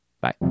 Bye